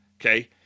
Okay